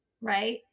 Right